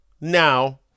now